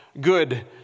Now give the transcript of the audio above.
Good